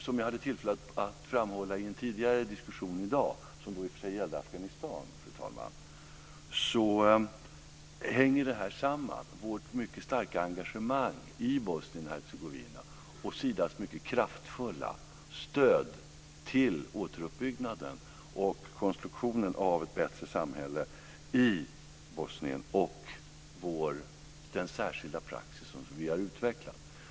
Som jag hade tillfälle att framhålla i en tidigare diskussion i dag - som i och för sig gällde Afghanistan, fru talman - hänger det här samman, dvs. dels vårt mycket starka engagemang i Bosnien-Hercegovina och Sidas mycket kraftfulla stöd till återuppbyggnaden och konstruktionen av ett bättre samhälle i Bosnien, dels den särskilda praxis som vi har utvecklat.